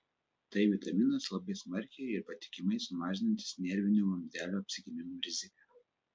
tai vitaminas labai smarkiai ir patikimai sumažinantis nervinio vamzdelio apsigimimų riziką